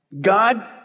God